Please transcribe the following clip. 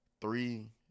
three